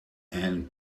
and